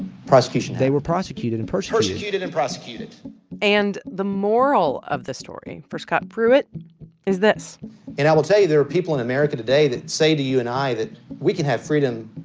prosecution they were prosecuted and persecuted persecuted and prosecuted and the moral of the story for scott pruitt is this and i will tell you. there are people in america today that say to you and i that we can have freedom